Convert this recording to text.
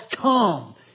come